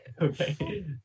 okay